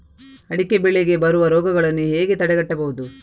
ಅಡಿಕೆ ಬೆಳೆಗೆ ಬರುವ ರೋಗಗಳನ್ನು ಹೇಗೆ ತಡೆಗಟ್ಟಬಹುದು?